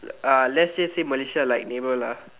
uh let's say say Malaysia like neighbour lah